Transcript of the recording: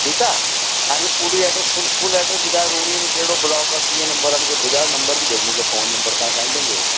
ठीकु आहे तव्हांजो पूरी एड्रेस फ़ुल फ़ुल एड्रेस ॿुधायो रोहिणीअ में कहिड़ो ब्लॉक आहे कीअं नम्बर आहे मूंखे ॿुधायो नम्बर बि ॾियो मूंखे फ़ोन नम्बर तव्हां साईं पंहिंजो